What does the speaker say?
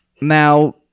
Now